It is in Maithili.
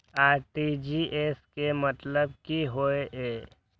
आर.टी.जी.एस के मतलब की होय ये?